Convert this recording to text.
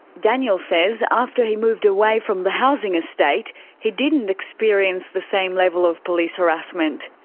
daniel says, after he moved away from the housing estate he didn't experience the same level of police harassment.